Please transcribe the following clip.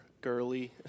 girly